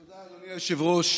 תודה, אדוני היושב-ראש.